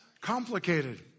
complicated